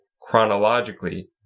chronologically